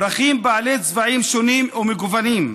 פרחים בעלי צבעים שונים ומגוונים,